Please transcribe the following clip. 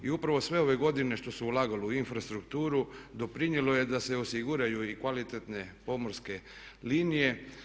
I upravo sve ove godine što se ulagalo u infrastrukturu doprinijelo je da se osiguraju i kvalitetne pomorske linije.